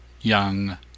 young